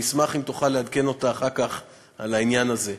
נשמח אם תוכל לעדכן אותה אחר כך על העניין הזה,